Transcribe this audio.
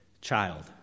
child